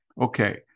Okay